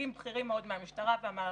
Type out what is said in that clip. נציגים בכירים מאוד מהמשטרה ומהרלב"ד,